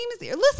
listen